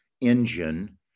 engine